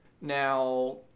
now